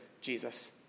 Jesus